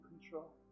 control